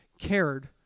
cared